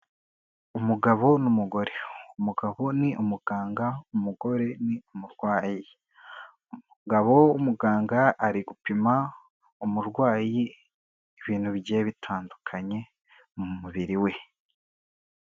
Umugabo n'umugore. Umugabo ni umuganga, umugore ni umurwayi. Umugabo w'umuganga ari gupima, umurwayi ibintu bigiye, bitandukanye mu mubiri we.